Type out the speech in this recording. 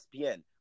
ESPN